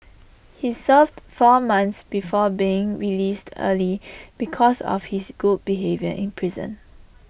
he served four months before being released early because of his good behaviour in prison